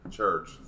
Church